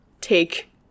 take